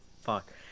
fuck